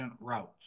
routes